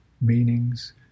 meanings